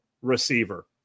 receiver